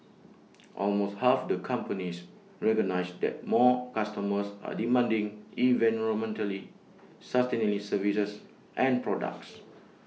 almost half the companies recognise that more customers are demanding environmentally services and products